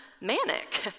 manic